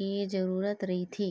के जरूरत रहिथे